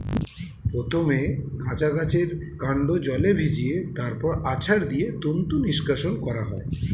প্রথমে গাঁজা গাছের কান্ড জলে ভিজিয়ে তারপর আছাড় দিয়ে তন্তু নিষ্কাশণ করা হয়